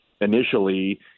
initially